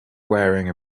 wearing